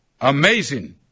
amazing